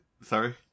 Sorry